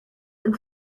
and